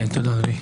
תודה, אדוני.